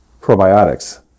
probiotics